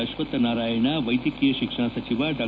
ಅಶ್ವತ್ ನಾರಾಯಣ ವೈದ್ಯಕೀಯ ಶಿಕ್ಷಣ ಸಚಿವ ಡಾ